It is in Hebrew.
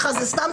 נראה לך זה סתם